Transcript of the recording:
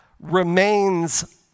remains